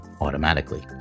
automatically